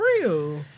real